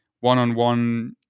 one-on-one